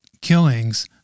killings